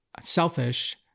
Selfish